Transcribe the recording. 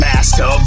Master